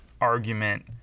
argument